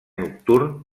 nocturn